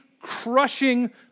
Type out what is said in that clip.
crushing